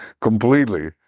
completely